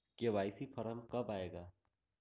KYC form कब आए गा?